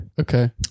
okay